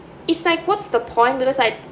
it's like what's the point because I